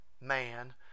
man